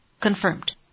confirmed